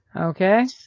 Okay